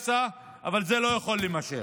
פולש לקרקע של המדינה או פולש לקרקע שלא שלו.